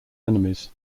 enemies